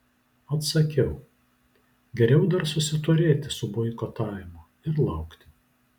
atsakiau geriau dar susiturėti su boikotavimu ir laukti